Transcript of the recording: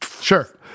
Sure